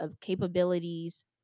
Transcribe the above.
capabilities